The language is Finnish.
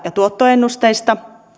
ja tuottoennusteisiin